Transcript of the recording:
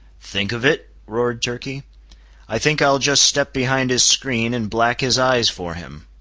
think of it? roared turkey i think i'll just step behind his screen, and black his eyes for him!